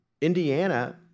Indiana